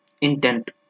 intent